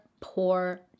poor